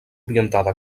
orientada